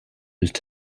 used